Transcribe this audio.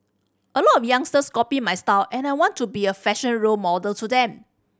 a lot of youngsters copy my style and I want to be a fashion role model to them